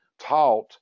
taught